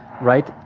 right